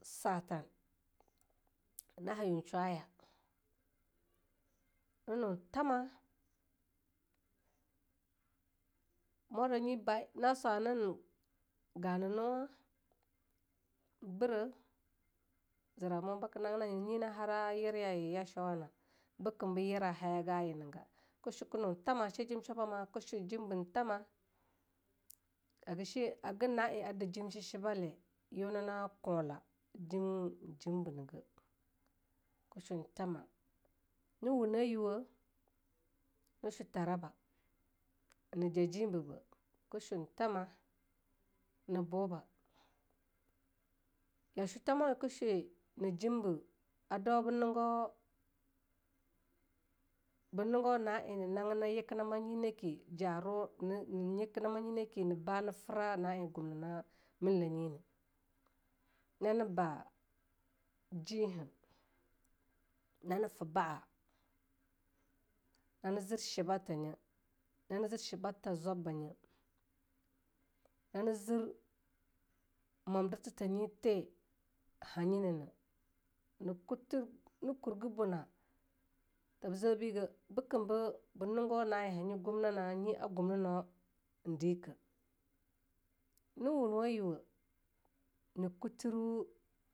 Satan na hayu shw'a nanu tama, murya nye, na swanin gana nu un birah, nyina nye na hara yerah ya ye a showana, bikem be yerah a haiga showagah.Ke hoo ke nu tamah, hagah shimah a de jim chichibale na jim wuna nah kula ga. Na wunah yuwa na ze, Taraba na fee na ein na banah, bekin ba nigo na eing na bana. Na wun wa yuwa na zo jessu a nyah na no thanka a ya nya, beki na fee frama ma shwa eing thama na yirda eing thama de ma Nuwan thama. A datir ge thwa'a mo yerah ma yuwama zike ar ma yura kukomogah. Na ne bah jeha nane fee ba'a nane zir shiba tanye na zubbanye. Na kurge buna nane tabu tuba ta zawa bigah ar na kuturu.